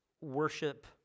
worship